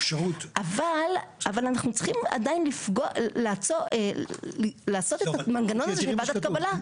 אבל אנחנו צריכים עדיין לעשות את המנגנון הזה של ועדת קבלה.